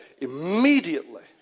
immediately